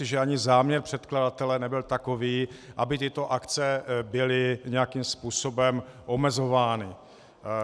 A myslím si, že ani záměr předkladatele nebyl takový, aby tyto akce byly nějakým způsobem omezovány.